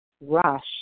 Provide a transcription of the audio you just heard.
rush